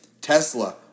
Tesla